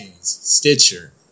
Stitcher